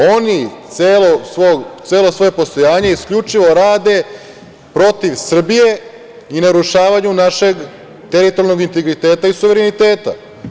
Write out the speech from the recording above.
Oni celo svoje svoje postojanje isključivo rade protiv Srbije i narušavanju našeg teritorijalnog integriteta i suvereniteta.